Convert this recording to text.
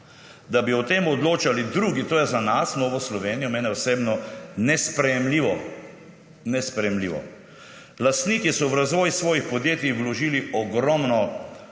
z ustavo, odločali drugi, je za nas, Novo Slovenijo, meni osebno nesprejemljivo. Nesprejemljivo. Lastniki so v razvoj svojih podjetij vložili ogromno